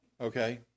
Okay